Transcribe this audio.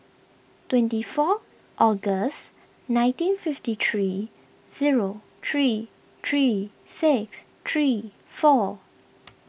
twenty four August nineteen fifty three zero three three six three four